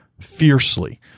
fiercely